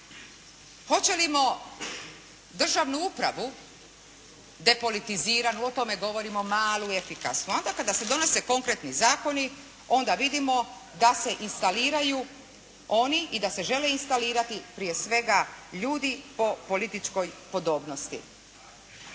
Hoćemo li državnu upravu depolitiziranu, o tome govorimo, malu i efikasnu. Onda kada se donose konkretni zakoni, onda vidimo da se instaliraju oni i da se žele instalirati prije svega ljudi po političkoj podobnosti.